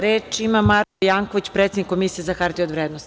Reč ima Marko Janković, predsednik Komisije za HOV.